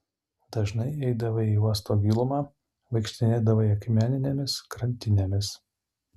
dažnai eidavai į uosto gilumą vaikštinėdavai akmeninėmis krantinėmis